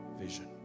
vision